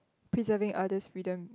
preserving others freedom